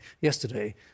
yesterday